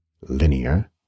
linear